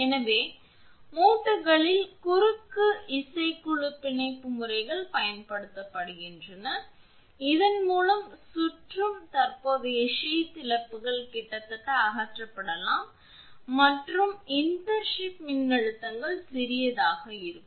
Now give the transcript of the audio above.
எனவே மூட்டுகளில் குறுக்கு இசைக்குழு பிணைப்பு முறைகள் பயன்படுத்தப்படுகின்றன இதன் மூலம் சுற்றும் தற்போதைய சீத் இழப்புகள் கிட்டத்தட்ட அகற்றப்படலாம் மற்றும் இன்டர்ன்ஷிப் மின்னழுத்தங்கள் சிறியதாக இருக்கும்